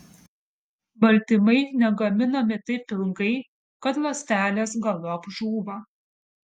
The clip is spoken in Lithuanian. baltymai negaminami taip ilgai kad ląstelės galop žūva